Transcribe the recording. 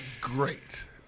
great